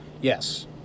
Yes